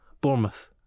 Bournemouth